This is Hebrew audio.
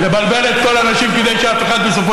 לבלבל את כל האנשים כדי שאף אחד בסופו